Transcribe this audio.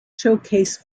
showcase